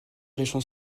région